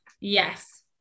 Yes